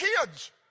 kids